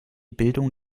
bildung